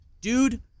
dude